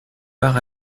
par